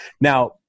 Now